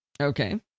Okay